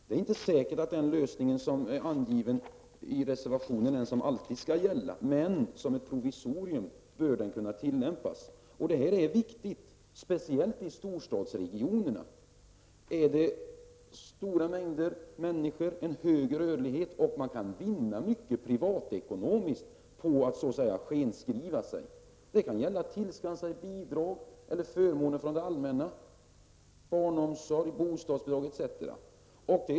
Det är inte säkert att den lösning som anges i reservationen alltid bör gälla, men den bör kunna tillämpas som ett provisorium. Det här är mycket viktigt. Speciellt i storstadsregionerna med så många människor är rörligheten stor. Man kan vinna mycket privatekonomiskt på att så att säga skenskriva sig. Det kan handla om att tillskansa sig bidrag eller andra förmåner från det allmänna, barnomsorgsbidrag, bostadsbidrag etc.